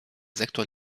sektor